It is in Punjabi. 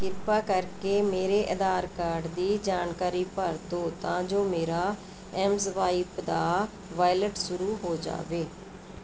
ਕਿਰਪਾ ਕਰਕੇ ਮੇਰੇ ਆਧਾਰ ਕਾਰਡ ਦੀ ਜਾਣਕਾਰੀ ਭਰ ਦਿਉ ਤਾਂ ਜੋ ਮੇਰਾ ਐੱਮਸਵਾਇਪ ਦਾ ਵਾਈਲਿਟ ਸ਼ੁਰੂ ਹੋ ਜਾਵੇ